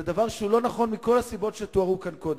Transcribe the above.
היא דבר שהוא לא נכון מכל הסיבות שתוארו כאן קודם.